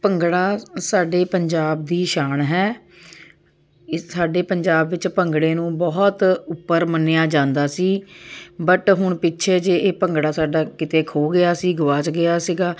ਭੰਗੜਾ ਸਾਡੇ ਪੰਜਾਬ ਦੀ ਸ਼ਾਨ ਹੈ ਇਸ ਸਾਡੇ ਪੰਜਾਬ ਵਿੱਚ ਭੰਗੜੇ ਨੂੰ ਬਹੁਤ ਉੱਪਰ ਮੰਨਿਆ ਜਾਂਦਾ ਸੀ ਬਟ ਹੁਣ ਪਿੱਛੇ ਜਿਹੇ ਇਹ ਭੰਗੜਾ ਸਾਡਾ ਕਿਤੇ ਖੋ ਗਿਆ ਸੀ ਗਵਾਚ ਗਿਆ ਸੀਗਾ